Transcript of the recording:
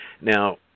Now